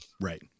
Right